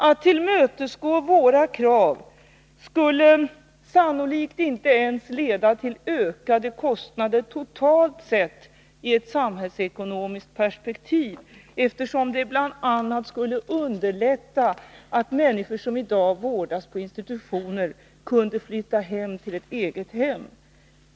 Att tillmötesgå våra krav skulle sannolikt inte ens leda till ökade kostnader totalt sett i ett samhällsekonomiskt perspektiv, eftersom det bl.a. skulle underlätta för människor som i dag vårdas på institutioner att flytta hem till ett eget hem.